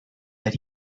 that